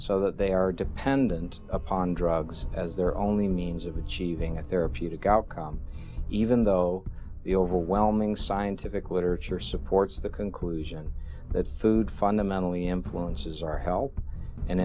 so that they are dependent upon drugs as their only means of achieving a therapeutic outcome even though the overwhelming scientific literature supports the conclusion that food fundamentally influences our health and